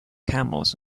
camels